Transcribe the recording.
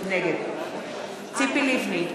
נגד ציפי לבני,